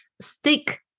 stick